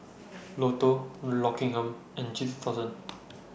Lotto Rockingham and G two thousand